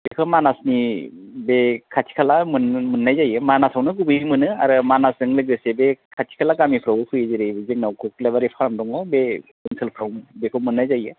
बेखौ मानासनि बे खाथि खाला मोन मोन्नाय जायो मानासावनो गुबैयै मोनो आरो मानासजों लोगोसे बे खाथि खाला गामिफ्रावबो फैयो जेराव जोंनाव खख्लाबारि फार्म दङ बे ओनसोलफ्राव बेखौ मोन्नाय जायो